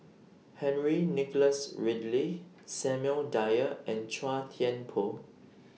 Henry Nicholas Ridley Samuel Dyer and Chua Thian Poh